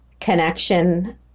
connection